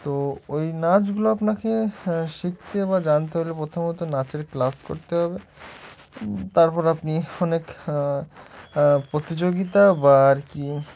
তো ওই নাচগুলো আপনাকে শিখতে বা জানতে হলে প্রথমত নাচের ক্লাস করতে হবে তারপর আপনি অনেক প্রতিযোগিতা বা আর কি